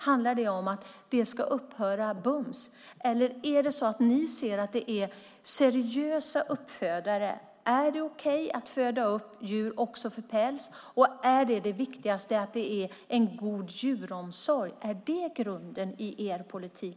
Vill ni att minkuppfödningen ska upphöra bums? Eller ser ni att det finns seriösa uppfödare och att det är okej att föda upp djur för päls så länge det finns en god djuromsorg? Vad är grunden i er politik?